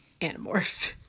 Animorph